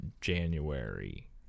January